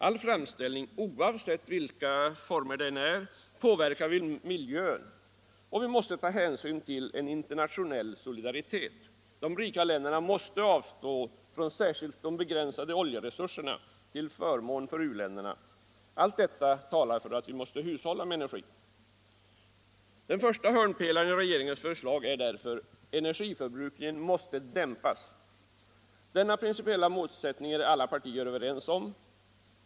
All framställning — oavsett vilka former den antar — påverkar miljön. Vi måste ta hänsyn till en internationell solidaritet. De rika länderna måste avstå från en del av de begränsade oljeresurserna till förmån för u-länderna. Allt detta talar för att vi måste hushålla med energin. Den första hörnpelaren i regeringens förslag är därför att energiförbrukningen måste dämpas. Denna principiella målsättning är alla partier överens om.